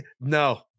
No